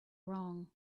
wrong